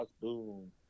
Boom